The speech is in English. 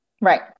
Right